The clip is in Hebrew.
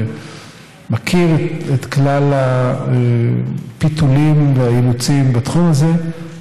ויכיר את כלל הפיתולים והאילוצים בתחום הזה,